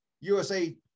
USA